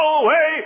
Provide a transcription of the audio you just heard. away